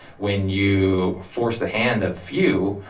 when you force the hand of few,